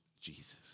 Jesus